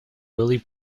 willy